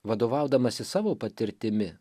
vadovaudamasis savo patirtimi